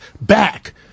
back